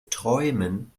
träumen